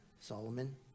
Solomon